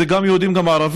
זה גם יהודים גם ערבים,